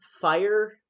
fire